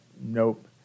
Nope